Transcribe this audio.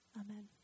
Amen